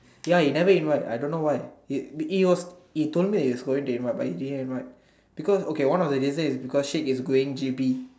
ya he never invite I don't know why he it it was he told me he was going to invite but he didn't invite because okay one of the reason is because Sheikh is going J_B